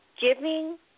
giving